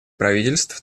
правительств